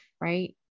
right